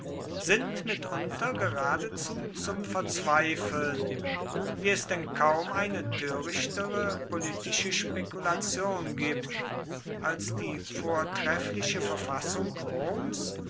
sind mitunter geradezu zum verzweifeln wie es denn kaum eine törichtere politische spekulation gibt als die vortreffliche verfassung roms